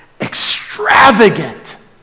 extravagant